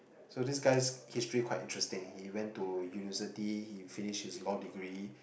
so this guy's history quite interesting he went to university he finished his law degree